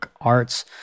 Arts